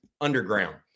Underground